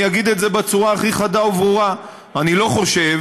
אני אגיד את זה בצורה הכי חדה וברורה: אני לא חושב